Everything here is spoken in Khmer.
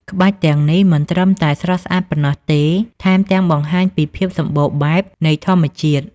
ក្បាច់ទាំងនេះមិនត្រឹមតែស្រស់ស្អាតប៉ុណ្ណោះទេ ថែមទាំងបង្ហាញពីភាពសម្បូរបែបនៃធម្មជាតិ។